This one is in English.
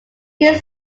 king